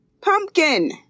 Pumpkin